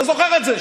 אתה זוכר את זה?